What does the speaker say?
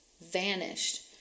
vanished